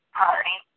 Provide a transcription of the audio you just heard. party